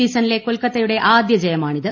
സീസണിലെ കൊൽക്കത്തയുടെ ആദ്യ ജയമാണിത്